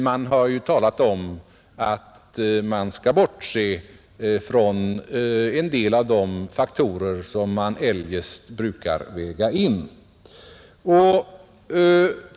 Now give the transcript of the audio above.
Det har talats om att man skall bortse från en del av de faktorer som eljest brukar vägas in.